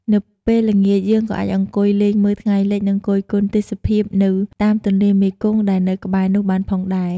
នៅពេលល្ងាចយើងអាចអង្គុយលេងមើលថ្ងៃលិច និងគយគន់ទេសភាពនៅតាមទន្លេមេគង្គ ដែលនៅក្បែរនោះបានផងដែរ ។